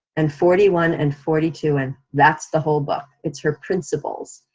and forty one, and forty two, and that's the whole book, it's her principles,